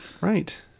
Right